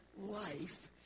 life